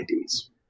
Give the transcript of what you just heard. IDs